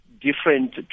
different